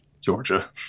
Georgia